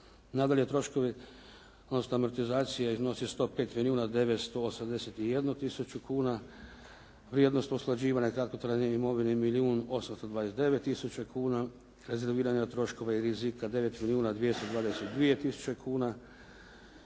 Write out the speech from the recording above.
Nadalje, troškovi … amortizacije iznose 105 milijuna 981 tisuću kuna, vrijednost usklađivanja kratkotrajne imovine milijun 829 tisuća kuna, rezerviranja troškova i rizika 9 milijuna 222 tisuće kuna